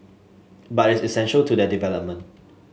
but it's essential to their development